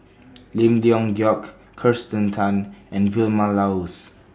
Lim Leong Geok Kirsten Tan and Vilma Laus